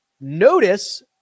Notice